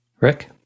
Rick